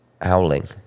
Howling